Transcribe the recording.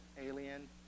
alien